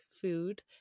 food